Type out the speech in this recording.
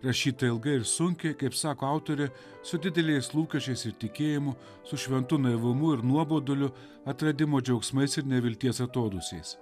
rašyta ilgai ir sunkiai kaip sako autorė su dideliais lūkesčiais ir tikėjimu su šventu naivumu ir nuoboduliu atradimo džiaugsmais ir nevilties atodūsiais